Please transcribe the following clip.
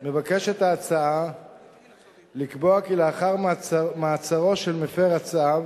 על כך מבקשת ההצעה לקבוע כי לאחר מעצרו של מפר הצו